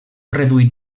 reduït